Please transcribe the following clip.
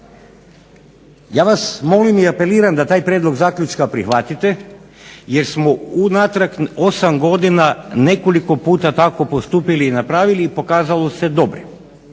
Ja vas molim i apeliram da taj prijedlog zaključka prihvatite jer smo unazad 8 godina nekoliko puta tako postupili i napravili i pokazalo se dobrim,